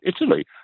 Italy